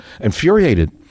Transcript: infuriated